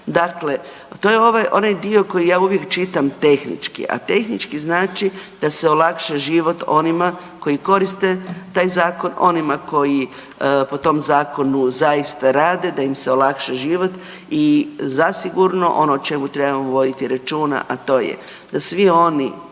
Dakle, to je onaj dio koji ja uvijek čitam tehnički, a tehnički znači da se olakša život onima koji koriste taj zakon, onima koji po tom zakonu zaista rade, da im se olakša život i zasigurno ono o čemu trebamo voditi računa, a to je da svi oni